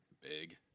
big